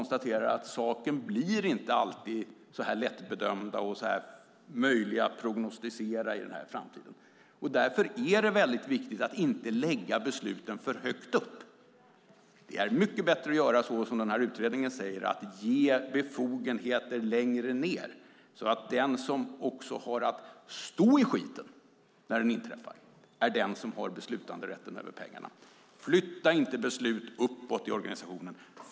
Saker blir inte alltid så lättbedömda och möjliga att prognostisera. Därför är det mycket viktigt att inte lägga besluten för högt upp. Det är mycket bättre att göra så som utredningen säger, ge befogenheter längre ned, så att den som också har att stå i skiten, när det inträffar, är den som har beslutanderätten över pengarna. Flytta inte beslut uppåt i organisationen!